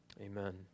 Amen